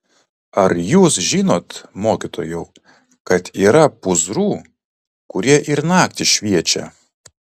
ar jūs žinot mokytojau kad yra pūzrų kurie ir naktį šviečia